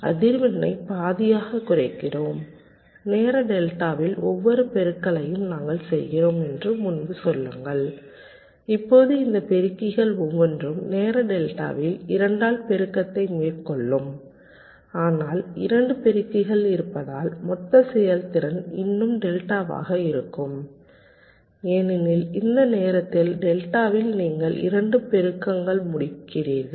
அதிர்வெண்ணை பாதியாக குறைக்கிறோம் நேர டெல்டாவில் ஒவ்வொரு பெருக்கலையும் நாங்கள் செய்கிறோம் என்று முன்பு சொல்லுங்கள் இப்போது இந்த பெருக்கிகள் ஒவ்வொன்றும் நேர டெல்டாவில் 2 ஆல் பெருக்கத்தை மேற்கொள்ளும் ஆனால் 2 பெருக்கிகள் இருப்பதால் மொத்த செயல்திறன் இன்னும் டெல்டாவாக இருக்கும் ஏனெனில் இந்த நேரத்தில் டெல்டாவில் நீங்கள் 2 பெருக்கங்கள் முடிக்கிறீர்கள்